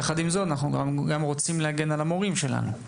יחד עם זאת, אנחנו גם רוצים להגן על המורים שלנו.